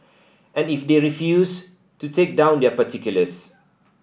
and if they refuse to take down their particulars